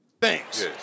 thanks